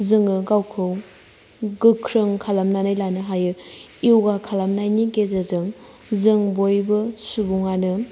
जोंङो गावखौ गोख्रों खालाम नानै लानो हायो यगा खालाम नायनि गेजेरजों जों बयबो सुबुंआनो